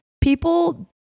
people